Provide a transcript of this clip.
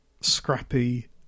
scrappy